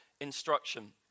instruction